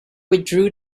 withdrew